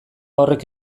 horrek